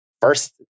first